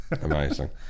amazing